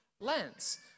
lens